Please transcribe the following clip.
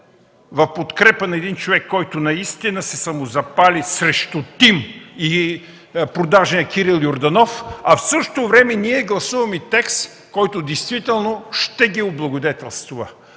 в подкрепа на един човек, който наистина се самозапали срещу ТИМ и продажния Кирил Йорданов – в същото време ние гласуваме текст, който действително ще ги облагодетелства.